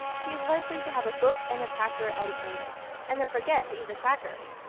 he is likely to have a book and a cracker at his meals and then forget to eat the cracker!